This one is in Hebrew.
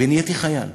ונהייתי חייל.